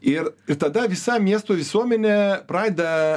ir ir tada visa miesto visuomenė pradeda